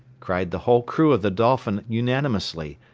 cried the whole crew of the dolphin unanimously,